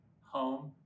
home